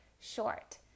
short